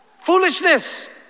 Foolishness